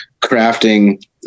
crafting